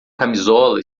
camisola